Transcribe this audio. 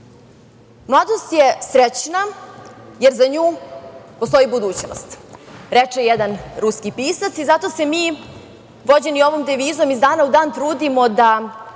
je srećna, jer za nju postoji budućnost, reče jedan ruski pisac, i zato se mi vođeni ovom devizom iz dana u dan trudimo da